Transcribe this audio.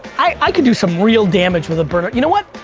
i can do some real damage with a burner. you know what,